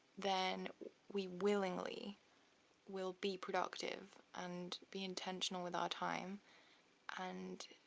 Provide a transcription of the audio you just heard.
then we willingly will be productive and be intentional with our time and.